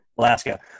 Alaska